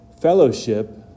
fellowship